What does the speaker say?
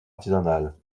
artisanale